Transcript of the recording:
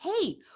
Hey